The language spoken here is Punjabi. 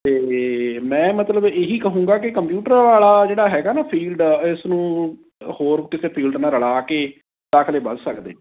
ਅਤੇ ਮੈਂ ਮਤਲਬ ਇਹੀ ਕਹੂੰਗਾ ਕਿ ਕੰਪਿਊਟਰ ਵਾਲਾ ਜਿਹੜਾ ਹੈਗਾ ਨਾ ਫੀਲਡ ਇਸ ਨੂੰ ਹੋਰ ਕਿਸੇ ਫੀਲਡ ਨਾਲ਼ ਰਲਾ ਕੇ ਦਾਖ਼ਲੇ ਵੱਧ ਸਕਦੇ